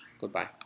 goodbye